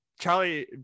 Charlie